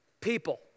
people